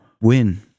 win